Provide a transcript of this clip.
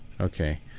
Okay